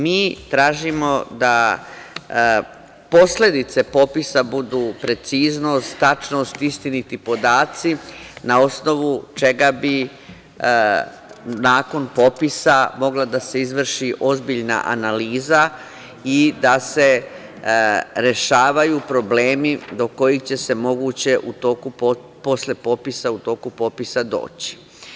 Mi tražimo da posledice popisa budu preciznost, tačnost, istiniti podaci, na osnovu čega bi nakon popisa mogla da se izvrši ozbiljna analiza i da se rešavaju problemi do kojih će se moguće u toku popisa i posle popisa doći.